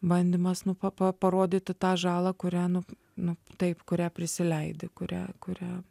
bandymas nu pa pa parodyti tą žalą kurią nu nu taip kurią prisileidi kurią kurią